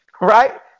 Right